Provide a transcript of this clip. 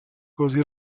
così